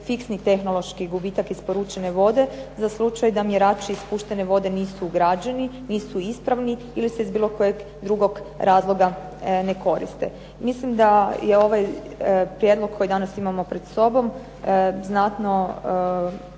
fiksni tehnološki gubitak isporučene vode, za slučaj da mjerač ispuštene vode nisu ugrađeni, nisu ispravni ili se iz bilo kojeg drugog razloga ne koriste. Mislim da je ovaj prijedlog kojeg danas imamo pred sobom znatno